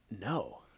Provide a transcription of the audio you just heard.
no